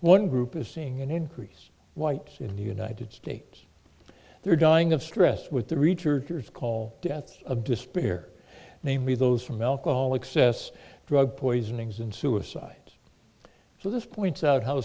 one group is seeing an increase whites in the united states their dying of stress with the researchers call deaths of despair namely those from alcohol excess drug poisonings and suicides so this points out how